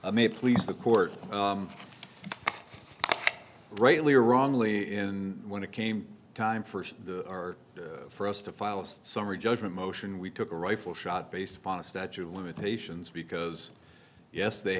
o may please the court rightly or wrongly and when it came time for the hour for us to file a summary judgment motion we took a rifle shot based upon a statute of limitations because yes they